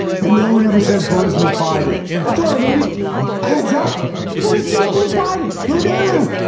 but no one ever says boris mas biden. that's all i needed heads up prisma equals biden. who know?